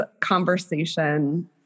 conversation